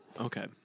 Okay